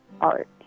art